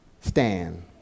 stand